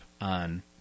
on